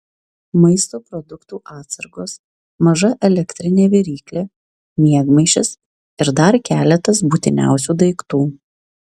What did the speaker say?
maisto produktų atsargos maža elektrinė viryklė miegmaišis ir dar keletas būtiniausių daiktų